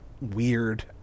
weird